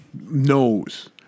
knows